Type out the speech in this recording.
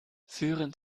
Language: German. führen